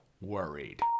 worried